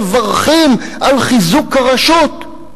מברכים על חיזוק הרשות.